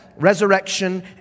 resurrection